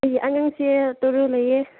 ꯑꯩꯒꯤ ꯑꯉꯥꯡꯁꯦ ꯇꯔꯥ ꯂꯩꯌꯦ